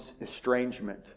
estrangement